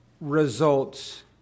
results